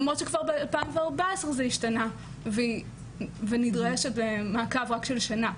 למרות שכבר ב-2014 זה השתנה ונדרש מעקב רק של שנה.